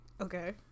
Okay